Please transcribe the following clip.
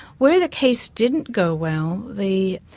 where the case didn't go well, the